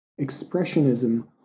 Expressionism